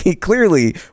clearly